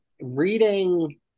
reading